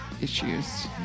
issues